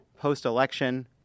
post-election